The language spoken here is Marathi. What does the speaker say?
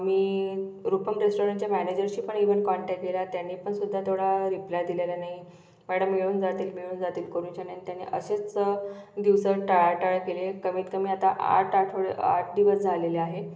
मी रूपम रेस्टॉरनच्या मॅनेजरशी पण इव्हन कॉन्टॅक केला त्यांनीपण सुद्धा तेवढा रिप्लाय दिलेला नाही मॅडम मिळून जातील मिळून जातील करून शन्यान त्याने असेच दिवस टाळाटाळ केली कमीतकमी आता आठ आठवडे आठ दिवस झालेले आहे